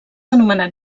anomenat